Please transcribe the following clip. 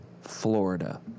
Florida